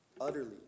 utterly